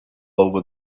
over